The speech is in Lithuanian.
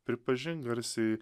pripažin garsiai